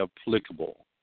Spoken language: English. applicable